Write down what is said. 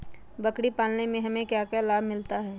बकरी पालने से हमें क्या लाभ मिलता है?